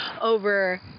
over